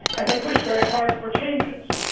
and they pushed very hard for changes.